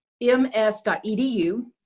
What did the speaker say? Ms.edu